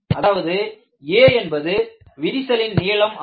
அதாவது a என்பது விரிசலின் நீளம் ஆகும்